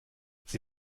sie